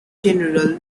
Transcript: general